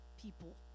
people